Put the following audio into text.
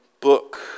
book